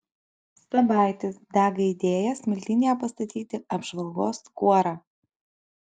sabaitis dega idėja smiltynėje pastatyti apžvalgos kuorą